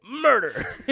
murder